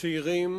צעירים